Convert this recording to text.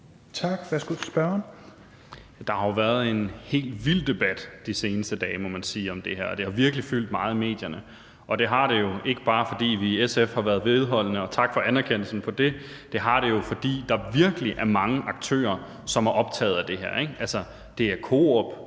Carl Valentin (SF): Der har jo været en helt vild debat de seneste dage, må man sige, om det her, og det har virkelig fyldt meget i medierne. Det har det jo, ikke bare fordi vi i SF har været vedholdende – og tak for anerkendelsen af det – det har det jo, fordi der virkelig er mange aktører, som er optagede af det her. Det er Coop.